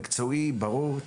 מקצועי וברור.